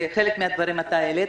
חלק מהדברים אתה העלית,